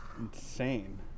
Insane